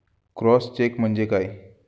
Cross check म्हणजे काय?